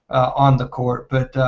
on the court but